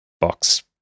Box